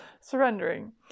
surrendering